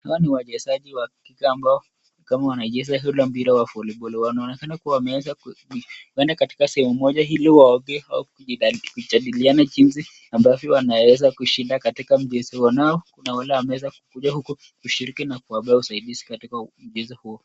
Hawa ni wachezaji wanacheza mchezo wa voliboli. Wanaonekana wako katika sehemu mija ili waongee ama kujadiliana jinsi wanaweza kushinda mchezo. Kuna wale walio kuja kushiriki na kuwapea usaidizi katika mchezo huu.